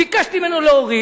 ביקשתי ממנו להוריד,